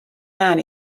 man